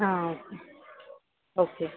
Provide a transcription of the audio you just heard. okay okay